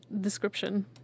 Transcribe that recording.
description